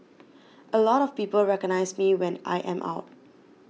a lot of people recognise me when I am out